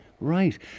Right